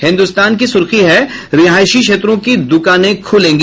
हिन्दुस्तान की सुर्खी है रिहायशी क्षेत्रों की दुकानें खुलेंगी